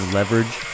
Leverage